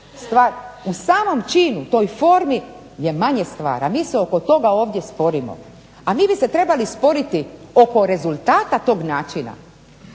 U samom činu, toj formi je manje stvar, a mi se oko toga ovdje sporimo, a mi bi se trebali sporiti oko rezultata tog načina.